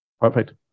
Perfect